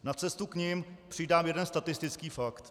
Na cestu k nim přidám jeden statistický fakt.